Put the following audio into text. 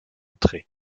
trait